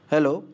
Hello